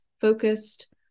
focused